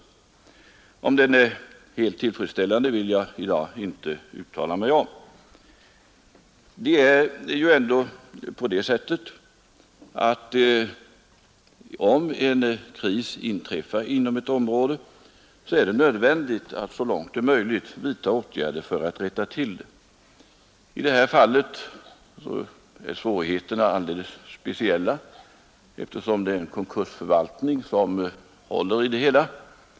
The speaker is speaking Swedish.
Huruvida den är helt tillfredsställande vill jag i dag inte uttala mig om, När en kris inträffar inom ett område, så är det nödvändigt att så långt det är möjligt vidta åtgärder för att möta den. I det här fallet är svårigheterna alldeles speciella, eftersom det är en konkursförvaltning som håller i det hela.